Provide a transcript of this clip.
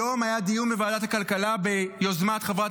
היום היה דיון בוועדת הכלכלה ביוזמת חברת